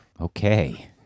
Okay